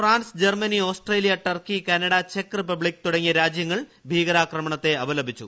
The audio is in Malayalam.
France Germany Australia Turkey Canada ചെക്ക് റിപ്പബ്ലിക്ക് തുടങ്ങിയ രാജ്യങ്ങൾ ഭീകരാക്രമണത്തെ അപലപിച്ചു